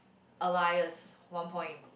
alias one point